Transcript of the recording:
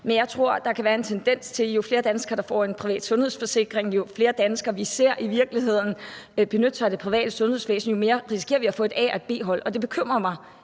men jeg tror, at der kan være en tendens til, at jo flere danskere der får en privat sundhedsforsikring, jo flere danskere vi i virkeligheden ser benytte sig af det private sundhedsvæsen, jo mere risikerer vi at få et A- og et B-hold, og det bekymrer mig,